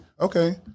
Okay